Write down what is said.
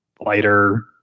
lighter